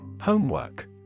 Homework